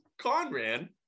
Conran